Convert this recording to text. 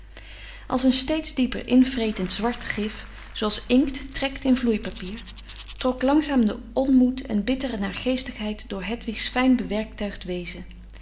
als een steeds dieper invretend zwart gif zooals inkt trekt in vloeipapier trok langzaam de onmoed en bittere naargeestigheid door hedwigs fijn bewerktuigd wezen